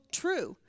true